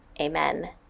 Amen